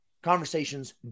conversations